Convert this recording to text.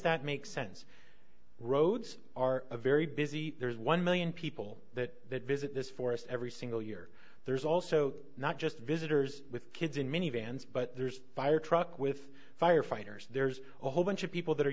that make sense roads are a very busy there's one million dollars people that visit this forest every single year there's also not just visitors with kids in minivans but there's a fire truck with firefighters there's a whole bunch of people that are